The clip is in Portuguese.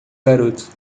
garoto